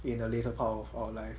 in the later part of our life